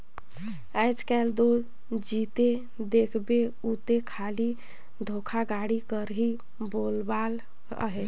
आएज काएल दो जिते देखबे उते खाली धोखाघड़ी कर ही बोलबाला अहे